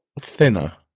thinner